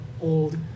old